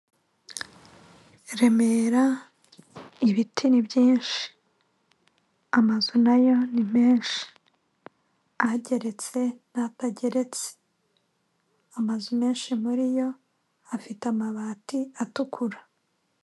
Iremera ibiti ni byinshi, amazu na yo ni menshi, ahageretse n'atageretse amazu menshi muri yo afite amabati atukura.